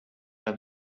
have